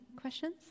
questions